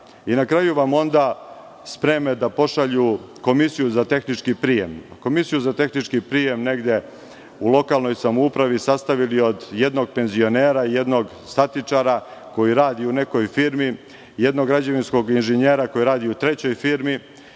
Na kraju vam onda spreme da pošalju komisiju za tehnički prijem, koju su negde u lokalnoj samoupravi sastavili od jednog penzionera i jednog statičara koji radi u jednoj firmi, jednog građevinskog inženjera koji radi u trećoj firmi,